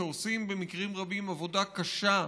שעושים במקרים רבים עבודה קשה,